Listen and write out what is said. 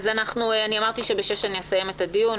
אמרתי שב-18:00 אני אסיים את הדיון.